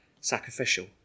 sacrificial